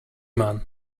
man